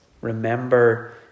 Remember